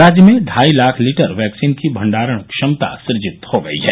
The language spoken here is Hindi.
राज्य में ढाई लाख लीटर वैक्सीन की भंडार क्षमता सुजित हो गई है